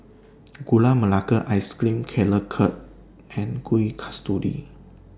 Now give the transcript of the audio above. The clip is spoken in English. Gula Melaka Ice Cream Carrot cut and Kueh Kasturi